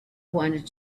wanted